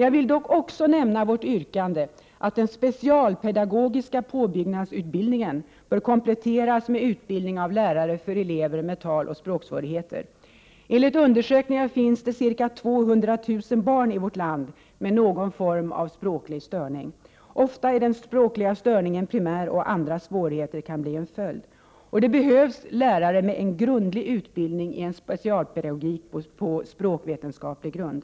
Jag vill dock även nämna vårt yrkande att den specialpedagogiska påbyggnadsutbildningen bör kompletteras med utbildning av lärare för elever med taloch språksvårigheter. Enligt undersökningar finns det i vårt land ca 200 000 barn med någon form av språklig störning. Ofta är den språkliga störningen primär, och andra svårigheter kan bli en följd. Det behövs lärare med en grundlig utbildning i en specialpedagogik på språkvetenskaplig grund.